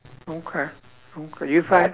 okay okay you find